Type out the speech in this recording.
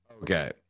Okay